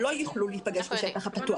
לא יוכלו להיפגש אתו בשטח הפתוח.